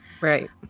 right